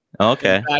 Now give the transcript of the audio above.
Okay